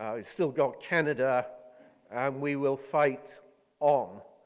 um we still got canada and we will fight on.